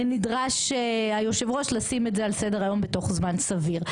נדרש היושב ראש לשים את זה על סדר היום בתוך זמן סביר.